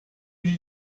did